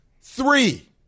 Three